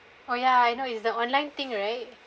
oh yeah I know is the online thing right